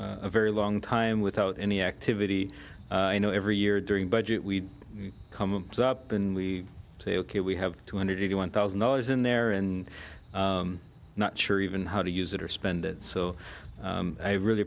a very long time without any activity you know every year during budget we come up and we say ok we have two hundred eighty one thousand dollars in there and not sure even how to use it or spend it so i really